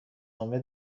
نامه